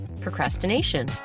procrastination